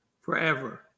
forever